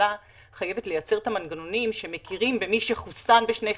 שהממשלה חייבת לייצר את המנגנונים שמכירים במי שחוסן בשני חיסונים,